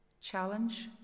Challenge